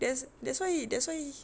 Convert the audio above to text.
that's that's why that's why